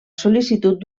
sol·licitud